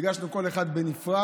הגשנו כל אחד בנפרד,